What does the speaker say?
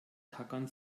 tackern